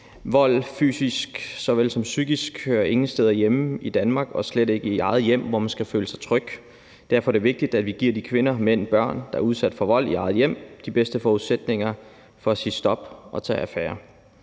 Vold, fysisk såvel som psykisk, hører ingen steder hjemme i Danmark og slet ikke i eget hjem, hvor man skal føle sig tryg. Derfor er det vigtigt, at vi giver de kvinder, mænd og børn, der er udsat for vold i eget hjem, de bedste forudsætninger for at sige stop og tage affære.